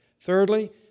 Thirdly